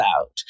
out